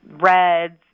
reds